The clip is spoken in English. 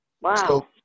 Wow